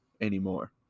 anymore